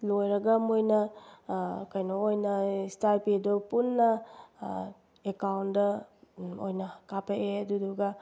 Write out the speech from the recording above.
ꯂꯣꯏꯔꯒ ꯃꯣꯏꯅ ꯀꯩꯅꯣ ꯑꯣꯏꯅ ꯏꯁꯇꯥꯏꯄꯦꯗꯨ ꯄꯨꯟꯅ ꯑꯦꯀꯥꯎꯟꯗ ꯑꯣꯏꯅ ꯀꯥꯞꯄꯛꯑꯦ ꯑꯗꯨꯗꯨꯒ